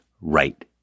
right